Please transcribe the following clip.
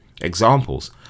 examples